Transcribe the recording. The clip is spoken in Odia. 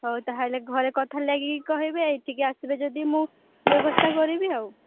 ହଉ ତାହାଲେ ଘରେ କଥା ଲାଗି କହିବେ ଏଠିକି ଆସିବେ ଯଦି ମୁଁ ବ୍ୟବସ୍ଥା କରିବି ଆଉ